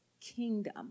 kingdom